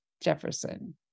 Jefferson